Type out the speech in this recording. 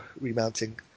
remounting